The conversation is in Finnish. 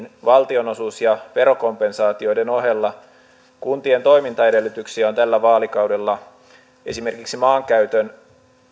valtionosuuksien ja verokompensaatioiden ohella kuntien toimintaedellytyksiä on tällä vaalikaudella esimerkiksi maankäytön